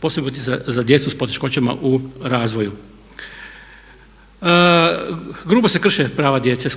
posebice za djecu s poteškoćama u razvoju. Grubo se krše prava djece